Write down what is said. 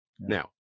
now